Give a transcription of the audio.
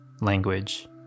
language